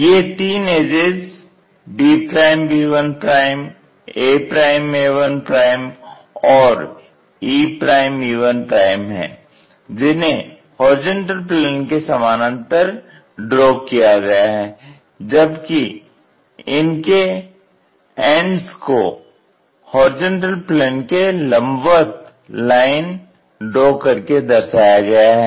ये तीन edges bb1 aa1 और ee1 हैं जिन्हे HP के समानांतर ड्रॉ किया गया है जबकि इनके एंडस को HP के लंबवत लाइन ड्रॉ करके दर्शाया गया है